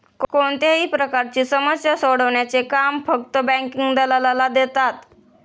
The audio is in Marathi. कोणत्याही प्रकारची समस्या सोडवण्याचे काम फक्त बँकिंग दलालाला देतात